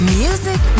music